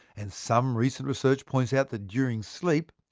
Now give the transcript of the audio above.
and some recent research points out that during sleep,